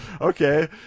Okay